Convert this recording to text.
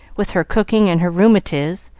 with her cooking and her rheumatiz.